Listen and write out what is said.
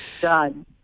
Done